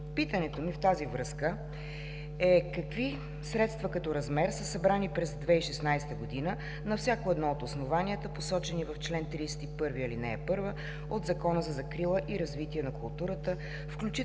Питането ми в тази връзка е: какви средства като размер са събрани през 2016 г. на всяко едно от основанията, посочени в чл. 31, ал. 1 от Закона за закрила и развитие на културата, включително